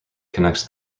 connects